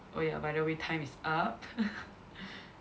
oh ya by the way time is up